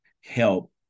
help